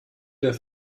der